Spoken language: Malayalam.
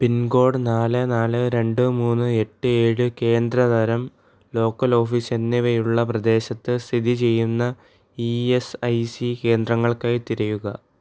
പിൻകോഡ് നാല് നാല് രണ്ട് മൂന്ന് എട്ട് ഏഴ് കേന്ദ്ര തരം ലോക്കൽ ഓഫീസ് എന്നിവയുള്ള പ്രദേശത്ത് സ്ഥിതിചെയ്യുന്ന ഈ എസ് ഐ സീ കേന്ദ്രങ്ങൾക്കായി തിരയുക